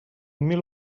mil